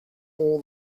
all